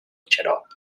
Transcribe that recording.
xarop